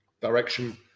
direction